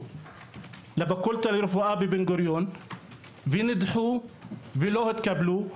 לפקולטה לרפואה בבן גוריון ונדחו ולא התקבלו.